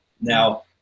Now